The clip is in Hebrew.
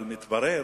אבל מתברר